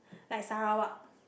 like Sarawak